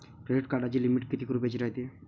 Credit कार्डाची limit कितीक रुपयाची रायते?